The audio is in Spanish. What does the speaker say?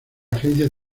agencia